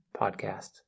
Podcast